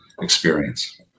experience